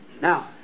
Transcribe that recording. Now